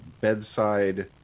bedside